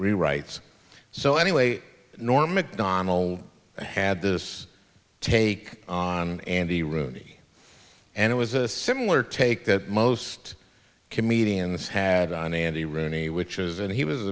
rewrites so anyway norm macdonald had this take on andy rooney and it was a similar take that most comedians had on andy rooney which is and he was